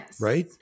right